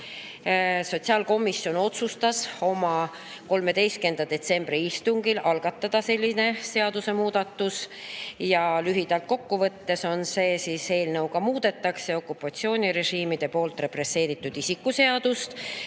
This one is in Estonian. Sotsiaalkomisjon otsustas oma 13. detsembri istungil algatada sellise seadusemuudatuse. Lühidalt kokku võttes: eelnõuga muudetakse okupatsioonirežiimide poolt represseeritud isiku seadust